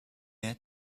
air